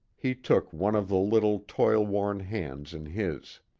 he took one of the little toil-worn hands in his.